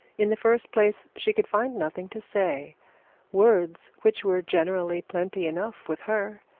in the first place she could find nothing to say words, which were generally plenty enough with her,